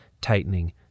tightening